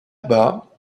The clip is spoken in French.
bas